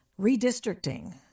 Redistricting